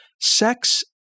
Sex